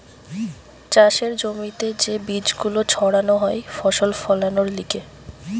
চাষের জমিতে যে বীজ গুলো ছাড়ানো হয় ফসল ফোলানোর লিগে